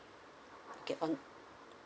okay on